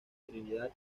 trinidad